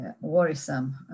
worrisome